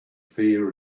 fear